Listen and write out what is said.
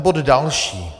Bod další.